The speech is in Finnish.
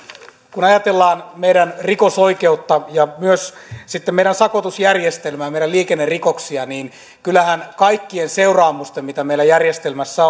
kun ajatellaan meidän rikosoikeutta ja myös meidän sakotusjärjestelmää meidän liikennerikoksia niin kyllähän kaikkien seuraamusten mitä meillä järjestelmässä